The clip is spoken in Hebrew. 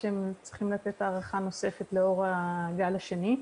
שהם צריכים לתת הארכה נוספת לאור הגל השני.